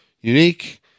unique